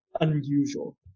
unusual